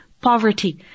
poverty